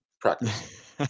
practice